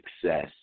success